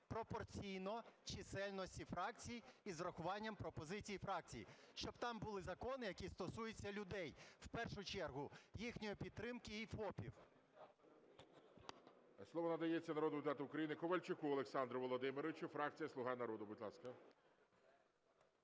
пропорційно чисельності фракцій із врахуванням пропозицій фракцій, щоб там були закони, які стосуються людей в першу чергу, їхньої підтримки, і ФОПів.